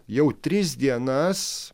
jau tris dienas